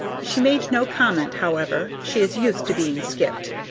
she made no comment, however she is used to being skipped.